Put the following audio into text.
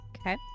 okay